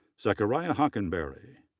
zechariah hockenbary,